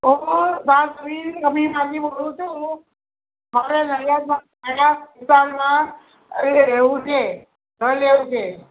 હું શાસ્ત્રી રમીલાજી બોલું છું મારે નડિયાદમાં વિસ્તારમાં મારે લેવું છે ઘર લેવું છે